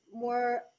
more